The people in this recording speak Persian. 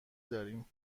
داریم